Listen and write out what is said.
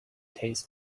taste